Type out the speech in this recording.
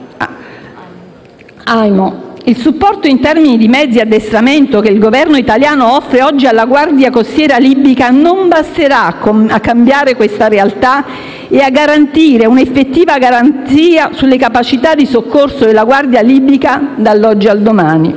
(IMO). Il supporto, in termini di mezzi e addestramento, che il Governo italiano offre oggi alla Guardia costiera libica non basterà a cambiare questa realtà e a fornire un'effettiva garanzia sulle capacità di soccorso della Guardia libica dall'oggi al domani.